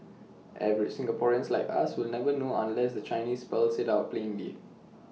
average Singaporeans like us will never know unless the Chinese spells IT out plainly